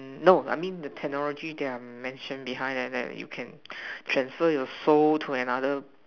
no I mean the technology that I mention behind that that you can transfer your soul to another